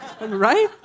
Right